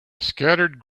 scattered